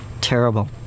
Terrible